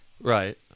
Right